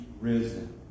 risen